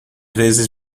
vezes